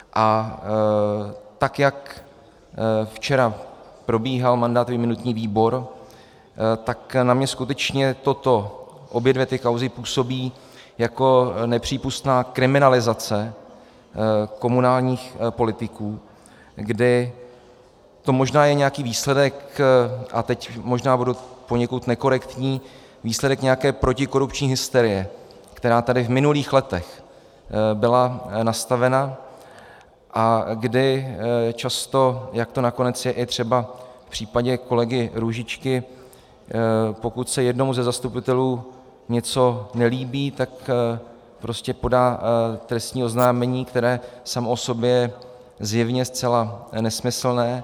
A tak jak včera probíhal mandátový a imunitní výbor, tak na mě skutečně obě ty kauzy působí jako nepřípustná kriminalizace komunálních politiků, kdy to možná je nějaký výsledek, a teď možná budu poněkud nekorektní, výsledek nějaké protikorupční hysterie, která tady v minulých letech byla nastavena a kdy často, jak to nakonec je i třeba v případě kolegy Růžičky, pokud se jednomu ze zastupitelů něco nelíbí, tak prostě podá trestní oznámení, které samo o sobě je zjevně zcela nesmyslné.